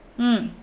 mm